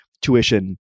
tuition